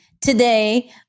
today